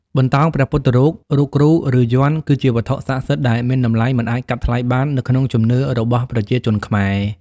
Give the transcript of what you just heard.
បន្តោងព្រះពុទ្ធរូប រូបគ្រូ ឬយ័ន្ត គឺជាវត្ថុស័ក្តិសិទ្ធិដែលមានតម្លៃមិនអាចកាត់ថ្លៃបាននៅក្នុងជំនឿរបស់ប្រជាជនខ្មែរ។